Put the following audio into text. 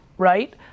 Right